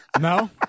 No